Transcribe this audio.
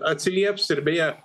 atsilieps ir beje